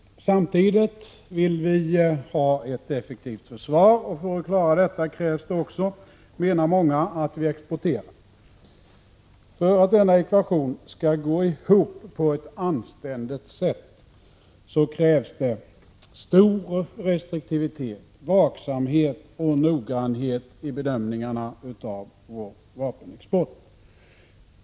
Men samtidigt vill vi ha ett effektivt försvar, och många menar att det krävs att vi själva exporterar för att klara detta. För att denna ekvation skall gå ihop på ett anständigt sätt, krävs det stor restriktivitet, vaksamhet och noggrannhet i bedömningarna av vår vapenexport.